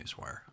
Newswire